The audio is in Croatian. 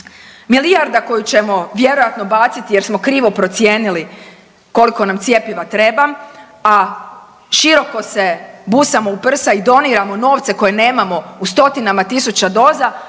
Milijarda koju ćemo vjerojatno baciti jer smo krivo procijenili koliko nam cjepiva treba, a široko se busamo u prsa i doniramo novce koje nemamo u stotinama tisuća doza